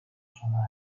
sona